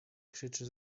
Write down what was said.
krzyczy